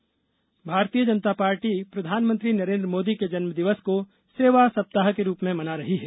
सेवा सप्ताह भारतीय जनता पार्टी प्रधानमंत्री नरेंद्र मोदी के जन्म दिवस को सेवा सप्ताह के रूप में मना रही है